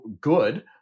good